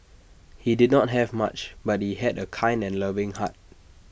he did not have much but he had A kind and loving heart